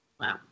wow